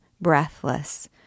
breathless